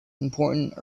important